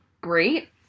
great